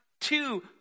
two